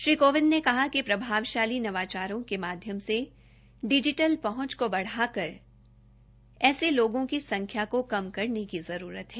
श्री कोविंद ने कहा कि प्रभावशाली नवाचारों के माध्यम से डिजिटल पहंच को बरकरार ऐसे लोगों लोगों की संख्या को कम करने की जरूरत है